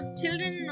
children